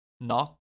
Knock